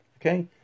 Okay